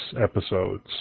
episodes